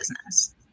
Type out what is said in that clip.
business